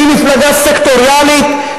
היא מפלגה סקטוריאלית,